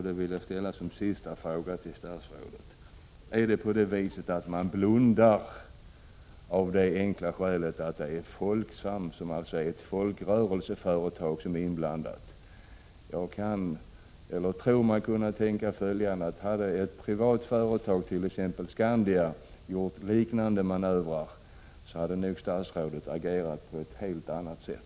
Den sista frågan jag vill ställa till statsrådet lyder: Blundar man för dessa fakta av det enkla skälet att det är Folksam, som alltså är ett folkrörelseföretag, som är inblandat? Hade ett privat företag, t.ex. Skandia, gjort liknande manövrer, hade statsrådet nog agerat på ett helt annat sätt.